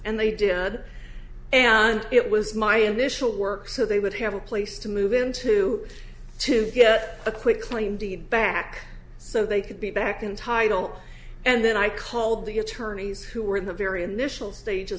and they did and it was my initial work so they would have a place to move into to get a quick claim deed back so they could be back in title and then i called the attorneys who were in the very initial stages